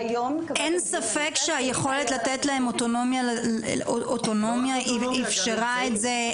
אין ספק שהיכולת לתת להם אוטונומיה אפשרה את זה,